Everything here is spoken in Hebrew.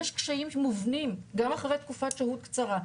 יש קשיים מובנים גם אחרי תקופת שהות קצרה.